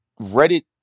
Reddit